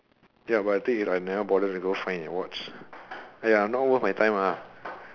ya but the thing is I never bother to go find it and watch not worth my time lah